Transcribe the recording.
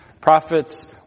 Prophets